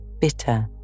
bitter